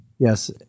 Yes